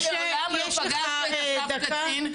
אני מעולם לא פגשתי את אסף קצין,